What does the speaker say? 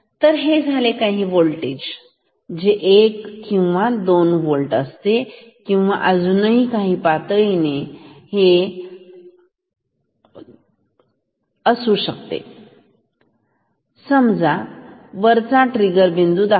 तर हे आहे काही होल्टेज जे 1 होल्ट 2 होल्ट किंवा अजून काही पातळी चे असू शकते समजा हे वरचा ट्रिगर बिंदू दर्शवेल